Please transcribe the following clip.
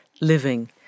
living